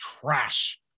trash